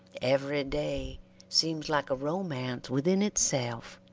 every day seems like a romance within itself,